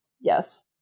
Yes